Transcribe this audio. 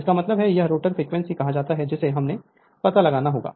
इसका मतलब है यह रोटर फ्रीक्वेंसी कहा जाता है जिसे हमें पता लगाना होगा